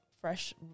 fresh